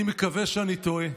אני מקווה שאני טועה.